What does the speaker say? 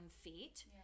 feet